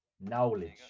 Knowledge